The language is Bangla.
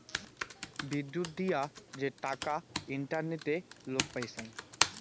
বিদ্যুত দিয়া যে টাকা ইন্টারনেটে লোক পাইচুঙ